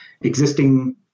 existing